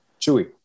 Chewy